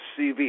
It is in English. CV